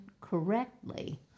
correctly